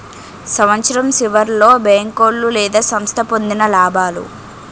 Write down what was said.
సంవత్సరం సివర్లో బేంకోలు లేదా సంస్థ పొందిన లాబాలు